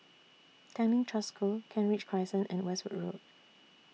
Tanglin Trust School Kent Ridge Crescent and Westwood Road